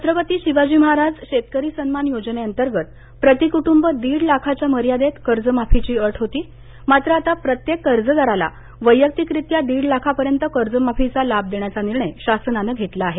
छत्रपती शिवाजी महाराज शेतकरी सन्मान योजनेअंतर्गत प्रतिक्ट्ंब दीड लाखाच्या मर्यादेत कर्जमाफीची अट होती मात्र आता प्रत्येक कर्जदारास वैयक्तिकरित्या दीड लाखापर्यंत कर्जमाफीचा लाभ देण्याचा निर्णय शासनानं घेतला आहे